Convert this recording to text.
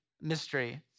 mystery